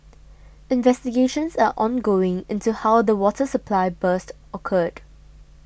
investigations are ongoing into how the water supply burst occurred